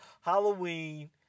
Halloween